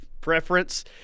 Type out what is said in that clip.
preference